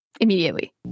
immediately